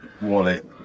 Wallet